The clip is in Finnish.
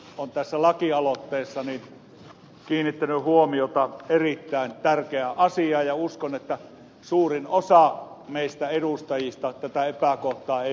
kaltiokumpu on tässä lakialoitteessaan kiinnittänyt huomiota erittäin tärkeään asiaan ja uskon että suurin osa meistä edustajista tätä epäkohtaa ei ole tiedostanut